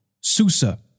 Susa